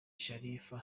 sharifa